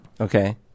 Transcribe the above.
okay